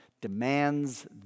demands